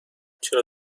چرا